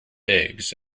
eggs